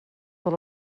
per